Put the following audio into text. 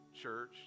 Church